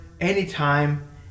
anytime